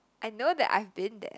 I know that I've been there